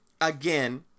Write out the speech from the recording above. again